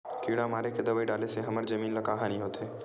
किड़ा मारे के दवाई डाले से हमर जमीन ल का हानि होथे?